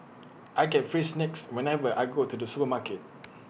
I get free snacks whenever I go to the supermarket